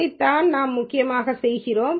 இதைத்தான் நாம் முக்கியமாக செய்கிறோம்